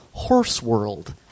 Horseworld